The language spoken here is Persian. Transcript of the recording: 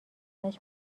ازش